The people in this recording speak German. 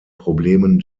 problemen